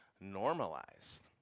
normalized